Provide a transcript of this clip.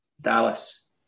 Dallas